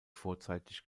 vorzeitig